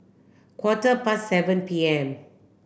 quarter past seven P M